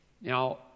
Now